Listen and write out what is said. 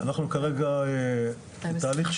אנחנו כרגע בתהליך.